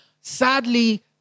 Sadly